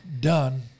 done